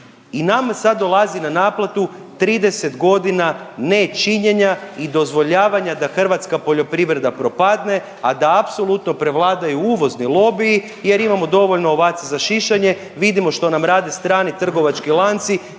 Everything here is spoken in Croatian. I nama sad dolazi na naplatu 30 godina nečinjenja i dozvoljavanja da hrvatska poljoprivreda propadne, a da apsolutno prevladaju uvozni lobiji jer imamo dovoljno ovaca za šišanje. Vidimo što nam rade strani trgovački lanci